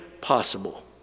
possible